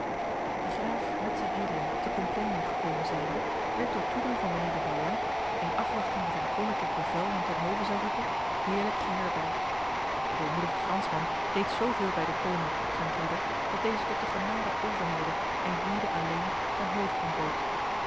de graaf met zijn edelen te compiègne gekomen zijnde werd door toedoen van mijnheer de valois in afwachting dat een koninklijk bevel hem ten hove zou roepen heerlijk geherbergd de edelmoedige fransman deed zoveel bij de koning zijn broeder dat deze tot de genade overhelde en gwyde alleen ten hove